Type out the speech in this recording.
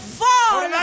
fall